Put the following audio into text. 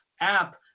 app